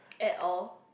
at all